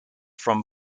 from